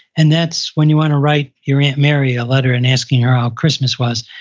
and that's when you want to write your aunt mary a letter and asking her how christmas was,